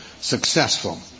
successful